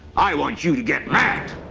i want you to get mad!